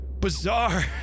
bizarre